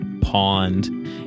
pond